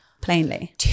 plainly